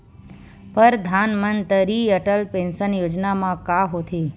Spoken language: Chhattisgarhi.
परधानमंतरी अटल पेंशन योजना मा का होथे?